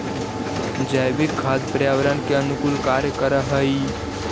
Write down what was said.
जैविक खाद पर्यावरण के अनुकूल कार्य कर हई